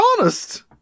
honest